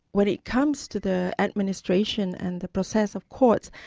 when it comes to the administration and the process of courts,